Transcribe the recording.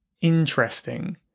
interesting